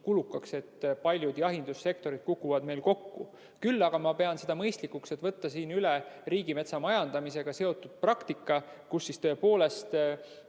kulukaks, et paljud jahindussektorid kukuvad kokku. Küll aga pean ma mõistlikuks võtta siin üle riigimetsa majandamisega seotud praktika, nii et tõepoolest